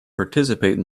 participate